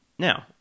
Now